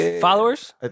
followers